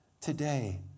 today